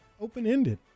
open-ended